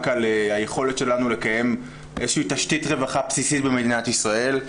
על היכולת שלנו לקיים איזושהי תשתית רווחה בסיסית במדינת ישראל.